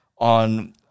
on